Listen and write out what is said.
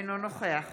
אינו נוכח